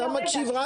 אתה לא מקשיב.